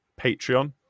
Patreon